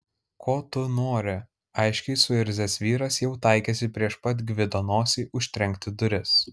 ko tu nori aiškiai suirzęs vyras jau taikėsi prieš pat gvido nosį užtrenkti duris